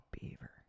beaver